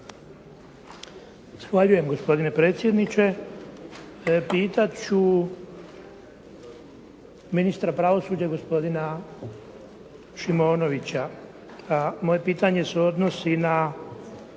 Zahvaljujem gospodine predsjedniče. Pitat ću ministra pravosuđa gospodina Šimonovića. Moje pitanje se odnosi na